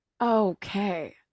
okay